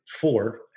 four